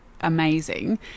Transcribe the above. amazing